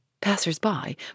Passers-by